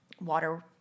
water